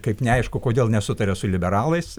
kaip neaišku kodėl nesutaria su liberalais